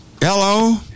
Hello